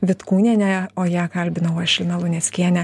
vitkūnienė o ją kalbinau aš lina luneckienė